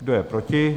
Kdo je proti?